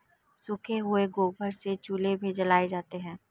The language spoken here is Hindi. सूखे हुए गोबर से चूल्हे भी जलाए जाते हैं